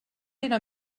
era